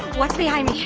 what's behind me?